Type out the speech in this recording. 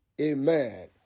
Amen